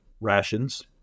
rations